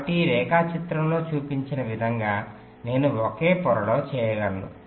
కాబట్టి ఈ రేఖాచిత్రంలో చూపిన విధంగా నేను ఒకే పొరలో చేయగలను